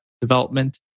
development